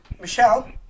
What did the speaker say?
Michelle